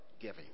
giving